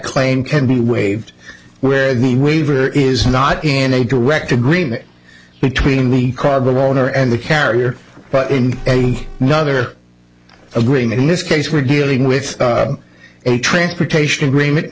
claim can be waived where the waiver is not in a direct agreement between me the owner and the carrier but in any nother agreement in this case we're dealing with a transportation agreement